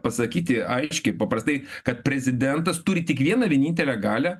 pasakyti aiškiai paprastai kad prezidentas turi tik vieną vienintelę galią